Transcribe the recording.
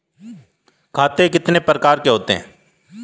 खाते कितने प्रकार के होते हैं?